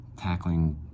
tackling